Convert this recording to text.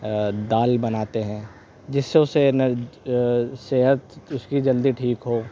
دال بناتے ہیں جس سے اسے صحت اس کی جلدی ٹھیک ہو